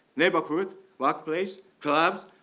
neighborhood, workplace, clubs,